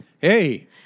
Hey